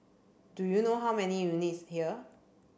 do you know how many units here